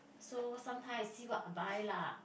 so sometimes I see what I buy lah